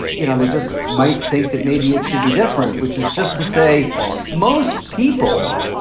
you know, they just might think that maybe it should be different, which is just to say most people.